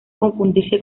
confundirse